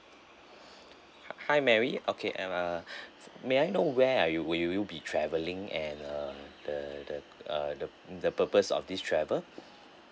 hi hi mary okay uh may I know where are you will you be travelling and uh the the uh the p~ the purpose of this travel